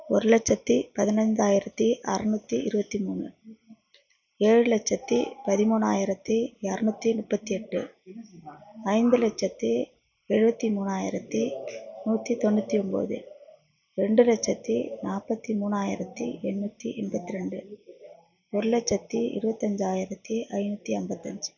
ஒரு லட்சத்தி பதினஞ்சாயிரத்தி அறநூற்றி இருபத்தி மூணு ஏழு லட்சத்தி பதிமூணாயிரத்தி இரநூத்தி முப்பத்தி எட்டு ஐந்து லட்சத்தி எழுபத்தி மூணாயிரத்தி நூற்றி தொண்ணூற்றி ஒம்போது ரெண்டு லட்சத்தி நாற்பத்தி மூணாயிரத்தி எண்ணூற்றி எண்பத்தி ரெண்டு ஒரு லட்சத்தி இருபத்தஞ்சாயிரத்தி ஐநூற்றி ஐம்பத்தஞ்சி